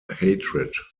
hatred